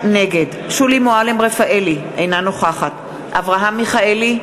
נגד שולי מועלם-רפאלי, אינה נוכחת אברהם מיכאלי,